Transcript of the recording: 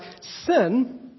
sin